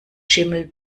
schimmel